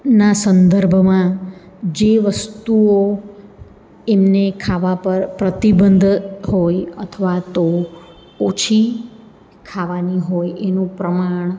ના સંદર્ભમાં જે વસ્તુઓ એમને ખાવા પર પ્રતિબંધ હોય અથવા તો ઓછી ખાવાની હોય એનું પ્રમાણ